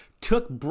took